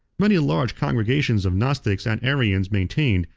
many large congregations of gnostics and arians maintained,